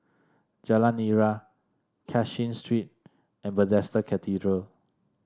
Jalan Nira Cashin Street and Bethesda Cathedral